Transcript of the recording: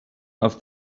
off